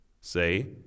Say